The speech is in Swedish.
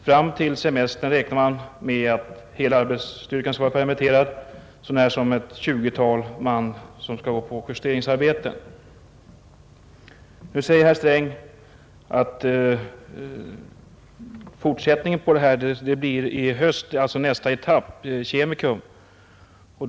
Fram till semestern räknar man med att hela arbetsstyrkan skall vara permitterad så när som ett 20-tal man som skall gå på justeringsarbeten. Nu säger herr Sträng att nästa etapp, alltså Kemikum, fortsätter i höst.